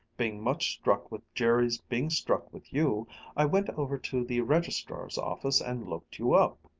being much struck with jerry's being struck with you, i went over to the registrar's office and looked you up.